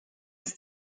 des